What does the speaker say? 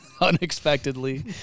unexpectedly